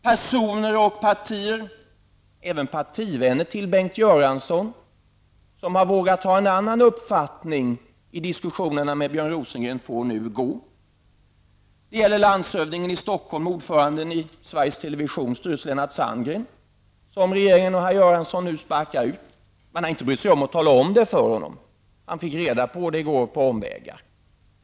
Personer och partier, även partivänner till Bengt Göransson som vågat ha en annan uppfattning i diskussionerna med Björn Rosengren får nu gå. Det gäller landshövdingen i Television Lennart Sandgren. Denne sparkar nu Bengt Göransson och regeringen ut. Man har inte brytt sig om att tala om det för honom. Han fick reda på det i går på omvägar.